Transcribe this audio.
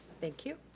thank you.